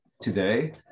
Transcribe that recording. today